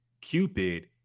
Cupid